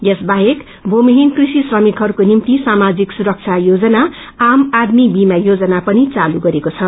यस बाहेक भूमिहीन कृषि श्रमिकहरूको निम्ति सामाजिक सुरबा योजना आम आदमी बीमा योजना पनि चालू गरिएको छ